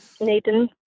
Nathan